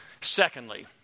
Secondly